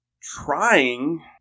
trying